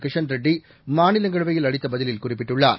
கிஷன் ரெட்டி மாநிலங்களவையில் அளித்த பதிலில் குறிப்பிட்டுள்ளார்